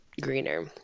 greener